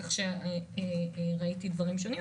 כך שראיתי דברים שונים.